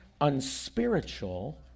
unspiritual